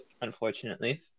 unfortunately